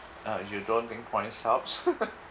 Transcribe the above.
uh you don't